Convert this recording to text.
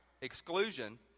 exclusion